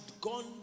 gone